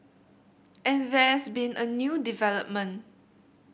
and there's been a new development